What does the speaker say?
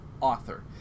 author